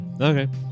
Okay